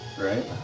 right